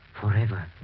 forever